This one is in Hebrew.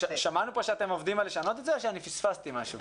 שמענו כאן שאתם עובדים על שינוי שלזה או שפספסתי משהו?